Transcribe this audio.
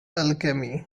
alchemy